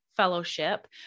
Fellowship